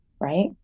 Right